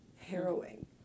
harrowing